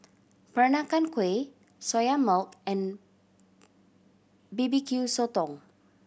Peranakan Kueh Soya Milk and B B Q Sotong